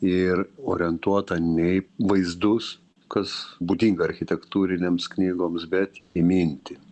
ir orientuota ne į vaizdus kas būdinga architektūrinėms knygoms bet į mintį